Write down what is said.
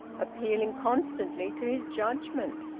appealing constantly to his judgement,